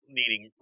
needing